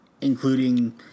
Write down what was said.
including